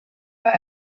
war